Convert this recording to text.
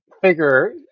figure